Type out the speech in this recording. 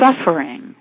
suffering